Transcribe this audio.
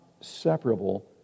separable